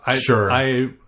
Sure